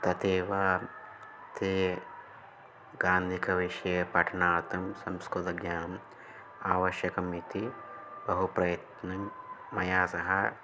तथैव ते गान्दिकविषये पठनार्थं संस्कृतज्ञानम् आवश्यकम् इति बहु प्रयत्नं मया सह